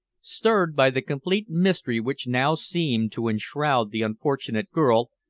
stirred by the complete mystery which now seemed to enshroud the unfortunate girl,